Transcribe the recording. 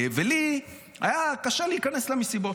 ולי היה קשה להיכנס למסיבות.